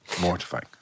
mortifying